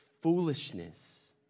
foolishness